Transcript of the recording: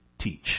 teach